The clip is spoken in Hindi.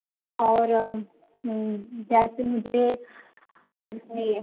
और जैसे मुझे वह चाहिए